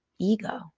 Ego